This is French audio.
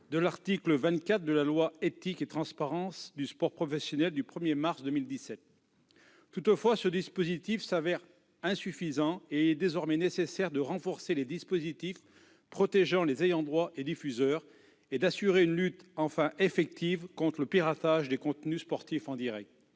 de l'article 24 de la loi Éthique et transparence du sport professionnel du 1 mars 2017. Toutefois, ce dispositif se révèle insuffisant : il est désormais nécessaire de renforcer les mesures protégeant les ayants droit et diffuseurs et d'assurer une lutte enfin effective contre le piratage des contenus sportifs en direct.